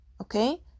okay